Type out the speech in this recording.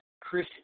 Chris